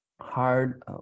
hard